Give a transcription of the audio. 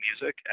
music